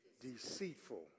Deceitful